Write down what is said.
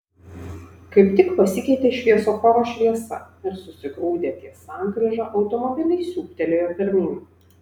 kaip tik pasikeitė šviesoforo šviesa ir susigrūdę ties sankryža automobiliai siūbtelėjo pirmyn